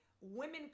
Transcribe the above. women